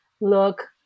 look